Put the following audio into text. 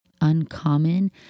uncommon